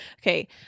Okay